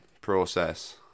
Process